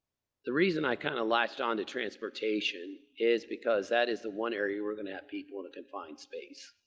the reason i kind of latched on to transportation is because that is the one area we're going to have people in a confined space.